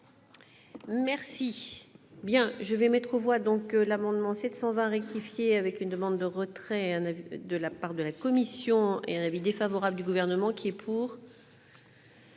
Merci. Bien, je vais mettre aux voix, donc l'amendement 720 rectifié avec une demande de retrait, un avis de la part de la Commission et un avis défavorable du gouvernement qui est pour.